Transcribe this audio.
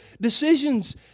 decisions